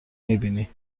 میبینی